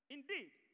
Indeed